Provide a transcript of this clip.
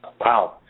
wow